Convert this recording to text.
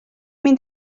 mynd